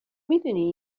میدونی